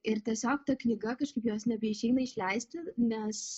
ir tiesiog ta knyga kažkaip jos nebeišeina išleisti nes